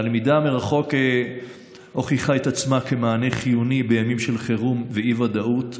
הלמידה מרחוק הוכיחה את עצמה כמענה חיוני בימים של חירום ואי-ודאות,